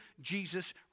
Jesus